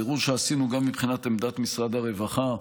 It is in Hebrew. בבירור שעשינו, גם מבחינת עמדת משרד הרווחה,